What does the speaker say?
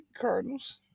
Cardinals